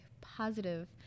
positive